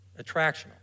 attractional